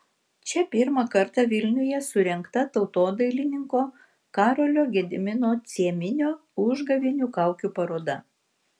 čia pirmą kartą vilniuje surengta tautodailininko karolio gedimino cieminio užgavėnių kaukių paroda